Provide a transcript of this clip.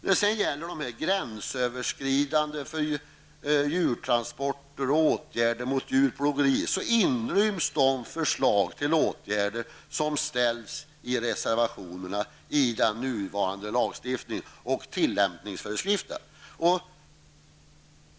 Vad beträffar gränsöverskridande djurtransporter och åtgärder mot djurplågeri inryms de förslag till åtgärder som framförs i reservationerna i den nuvarande lagstiftningen och tillämpningsföreskrifterna.